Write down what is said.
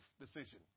decision